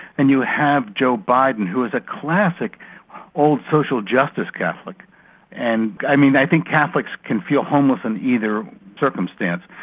and you have joe biden who is a classic old social justice catholic and i mean, i think catholics can feel homeless in either circumstance.